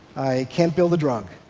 can't build a drug.